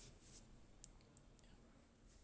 ya